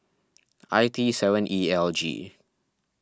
I T seven E L G